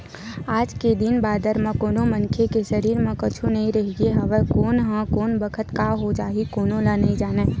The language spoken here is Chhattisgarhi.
आज के दिन बादर म कोनो मनखे के सरीर म कुछु नइ रहिगे हवय कोन ल कोन बखत काय हो जाही कोनो ह नइ जानय